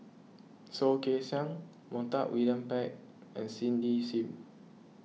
Soh Kay Siang Montague William Pett and Cindy Sim